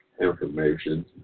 information